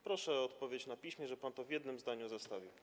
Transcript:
Proszę o odpowiedź na piśmie, żeby pan to w jednym zdaniu zestawił.